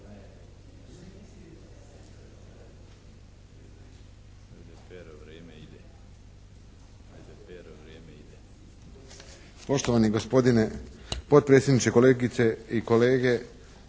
Poštovani gospodine potpredsjedniče, kolegice i kolege,